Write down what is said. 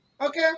Okay